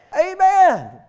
Amen